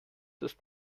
ist